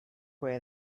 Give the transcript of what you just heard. way